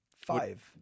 five